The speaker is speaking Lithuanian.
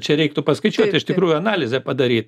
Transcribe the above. čia reiktų paskaičiuot iš tikrųjų analizę padaryt